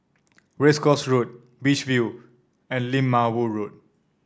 Race Course Road Beach View and Lim Ma Woo Road